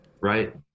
Right